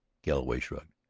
galloway shrugged.